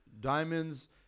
diamonds